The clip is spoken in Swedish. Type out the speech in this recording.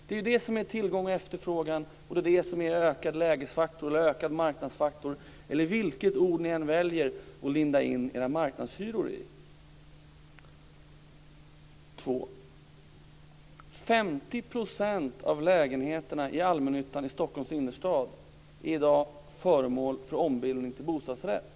Det är tillgång och efterfrågan, ökad lägesfaktor, ökad marknadsfaktor eller vilket ord ni än väljer att linda in era marknadshyror i. 50 % av lägenheterna i allmännyttan i Stockholms innerstad är i dag föremål för ombildning till bostadsrätt.